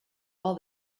all